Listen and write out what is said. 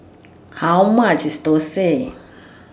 How much IS Thosai